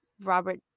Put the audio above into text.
Robert